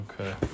Okay